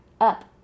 up